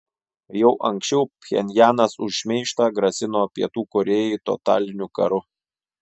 jau anksčiau pchenjanas už šmeižtą grasino pietų korėjai totaliniu karu